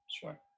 sure